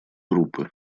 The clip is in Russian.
группы